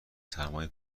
سرمای